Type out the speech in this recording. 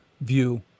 view